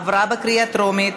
עברה בקריאה טרומית,